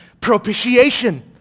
propitiation